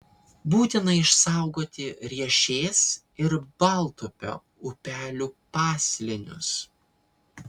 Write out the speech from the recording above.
būtina išsaugoti riešės ir baltupio upelių paslėnius